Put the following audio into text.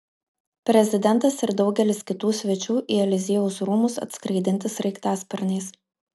prezidentas ir daugelis kitų svečių į eliziejaus rūmus atskraidinti sraigtasparniais